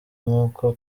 nk’uko